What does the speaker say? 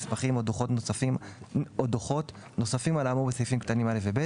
מסמכים או דוחות נוספים על האמור בסעיפים קטנים (א) ו-(ב),